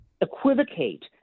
equivocate